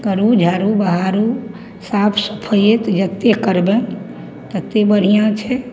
करू झाड़ू बहारू साफ सफैअत जतेक करबनि ततेक बढ़िआँ छै